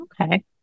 Okay